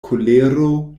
kolero